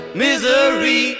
misery